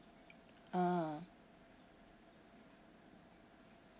ah